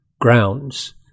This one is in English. grounds